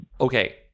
Okay